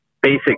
basic